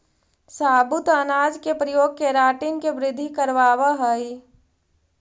साबुत अनाज के प्रयोग केराटिन के वृद्धि करवावऽ हई